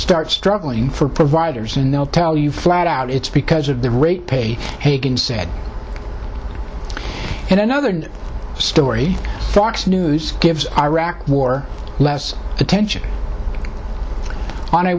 start struggling for providers and they'll tell you flat out it's because of the rate pay hagen said in another story stocks news gives iraq war less attention on